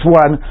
one